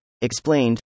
Explained